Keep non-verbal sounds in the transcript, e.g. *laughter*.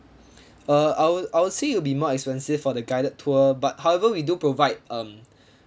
*breath* uh I'll I'll say it'll be more expensive for the guided tour but however we do provide um *breath*